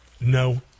No